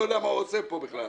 אני לא יודע מה הוא עושה פה בכלל.